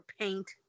paint